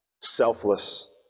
selfless